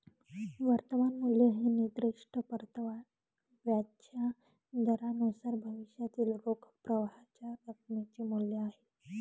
वर्तमान मूल्य हे निर्दिष्ट परताव्याच्या दरानुसार भविष्यातील रोख प्रवाहाच्या रकमेचे मूल्य आहे